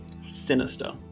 Sinister